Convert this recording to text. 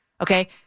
Okay